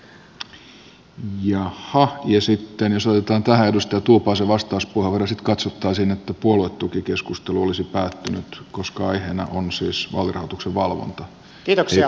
jos otetaan tähän edustaja tuupaisen vastauspuheenvuoro ja jos sitten katsottaisiin että puoluetukikeskustelu olisi päättynyt koska aiheena on siis vaalirahoituksen valvonta ei puoluetuki